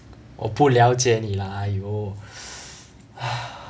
我不了解你 lah !aiyo!